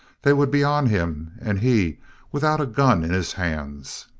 they would be on him, and he without a gun in his hands!